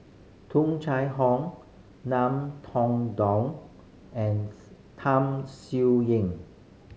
Tung Chye Hong Ngiam Tong Dow and Tham Sien Yen